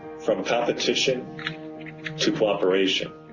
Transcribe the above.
from competition to cooperation